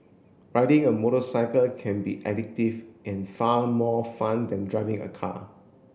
riding a motorcycle can be addictive and far more fun than driving a car